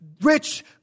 rich